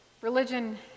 Religion